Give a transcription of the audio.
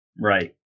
Right